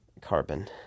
Carbon